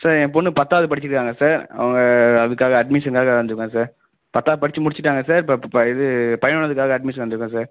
sir என் பொண்ணு பத்தாவது படிச்சிருக்காங்க சார் அவங்க அதுக்காக அட்மிஷன்காக வந்துருக்கோம் சார் பத்தாவது படித்து முடிச்சுட்டாங்க சார் இப்போப்ப இது பதினொன்னாவதுக்காக அட்மிஷன் வந்துருக்கோம் சார்